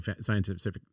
scientific